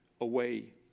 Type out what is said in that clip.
away